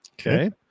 okay